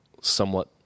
somewhat